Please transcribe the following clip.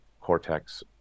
cortex